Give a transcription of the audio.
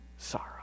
Sorrow